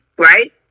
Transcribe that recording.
Right